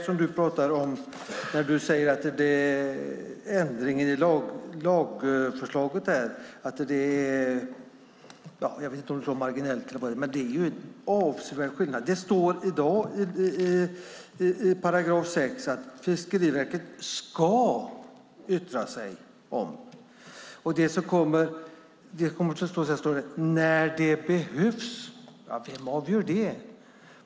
Sven Tysklind sade att ändringen i lagförslaget är marginell eller hur då sade, men det är en avsevärd skillnad. Det står i dag i 6 § att Fiskeriverket "ska" yttra sig "när det behövs". Ja, men vem avgör det?